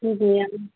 जी भैया